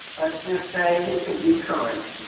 let's just say he could be current